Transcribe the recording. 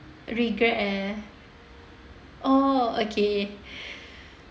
regret eh oh okay